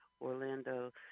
Orlando